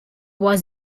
was